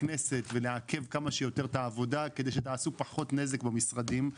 כמה שיותר את העבודה כדי שתעשו פחות נזק במשרדים,